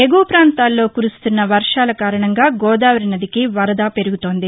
ఎగువ ప్రాంతాల్లో కురుస్తున్న వర్షాలు కారణంగా గోదావరి నదికి వరద పెరుగుతోంది